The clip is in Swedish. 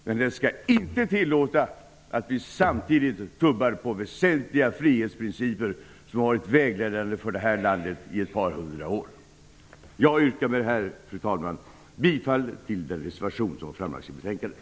Men det skall inte tillåtas att vi samtidigt tummar på väsentliga frihetsprinciper som har varit vägledande för det här landet i ett par hundra år. Fru talman! Jag yrkar med detta bifall till den reservation som fogats till betänkandet.